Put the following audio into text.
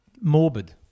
morbid